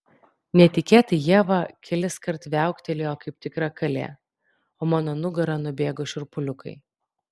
netikėtai ieva keliskart viauktelėjo kaip tikra kalė o mano nugara nubėgo šiurpuliukai